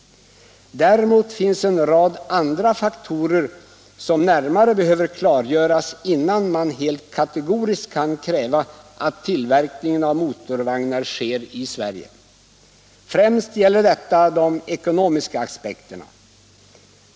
Däremot finns det en rad andra faktorer som närmare behöver klargöras innan man helt kategoriskt kan kräva att tillverkningen av motorvagnar sker i Sverige. Främst gäller detta de ekonomiska aspekterna.